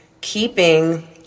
keeping